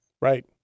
Right